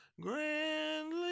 grand